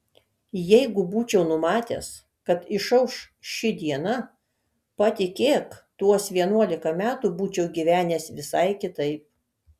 jeigu būčiau numatęs kad išauš ši diena patikėk tuos vienuolika metų būčiau gyvenęs visai kitaip